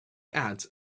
ads